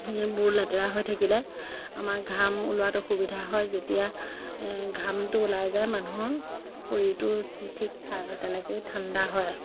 বোৰ লেতেৰা হৈ থাকিলে আমাৰ ঘাম ওলোৱাতো অসুবিধা হয় যেতিয়া ঘামটো ওলাই যায় মানুহৰ শৰীৰটো ঠিক ঠা তেনেকৈ ঠাণ্ডা হয়